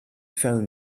phone